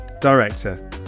director